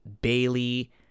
Bailey